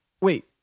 wait